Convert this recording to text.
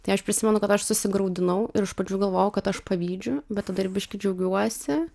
tai aš prisimenu kad aš susigraudinau ir iš pradžių galvojau kad aš pavydžiu bet tada ir biški džiaugiuosi